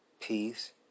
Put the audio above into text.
peace